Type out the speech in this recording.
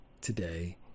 today